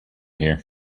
here